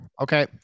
Okay